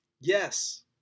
Yes